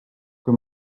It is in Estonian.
kui